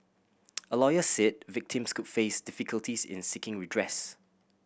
a lawyer said victims could face difficulties in seeking redress